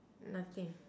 nothing